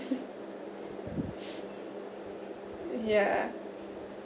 yeah